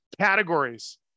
categories